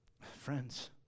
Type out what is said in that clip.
Friends